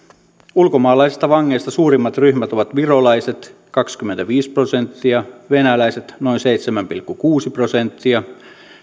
ulkomaalaisista vangeista suurimmat ryhmät ovat virolaiset kaksikymmentäviisi prosenttia venäläiset noin seitsemän pilkku kuusi prosenttia